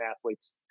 athletes